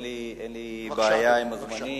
אין לי בעיה עם הזמנים.